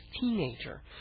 teenager